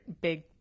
big